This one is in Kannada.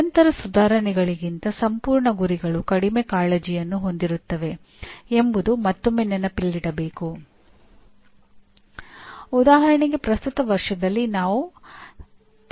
ನಿರಂತರ ಸುಧಾರಣೆ ಎನ್ಬಿಎ ಮಾನ್ಯತೆಯ ಮಾನದಂಡವಾಗಿದೆ ಎಂದು ನಾನು ಹೇಳಿದೆ